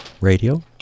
radio